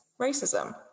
racism